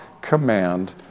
command